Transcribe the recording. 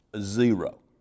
Zero